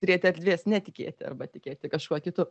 turėti erdvės netikėti arba tikėti kažkuo kitu